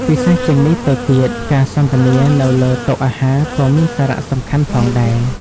ពិសេសជាងនេះទៅទៀត ការសន្ទនានៅលើតុអាហារក៏មានសារៈសំខាន់ផងដែរ។